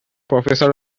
professor